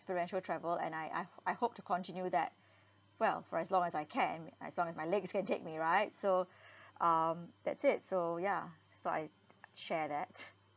experiential travel and I I h~ I hope to continue that well for as long as I can as long as my legs can take me right so um that's it so ya so I'd share that